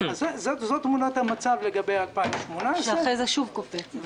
זאת תמונת המצב לגבי 2018. שאחרי זה שוב קופצת.